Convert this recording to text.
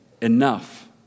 enough